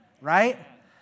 right